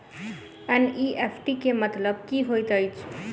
NEFT केँ मतलब की होइत अछि?